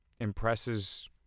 impresses